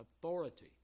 authority